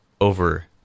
over